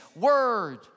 word